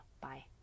Bye